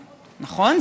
נכון?